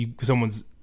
someone's